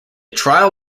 trial